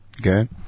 Okay